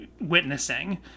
witnessing